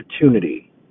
opportunity